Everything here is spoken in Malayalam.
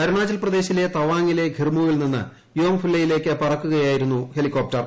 അരുണാചൽ പ്രദേശിലെ തവാംഗിലെ ഖിർമുവിൽ നിന്നും യോംഗ് ഫുല്ലയിലേക്ക് പറക്കുകയായിരുന്നു ഹെലികോപ്റ്റർ